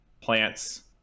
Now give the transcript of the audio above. plants